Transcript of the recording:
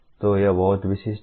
तो यह बहुत विशिष्ट है